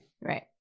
Right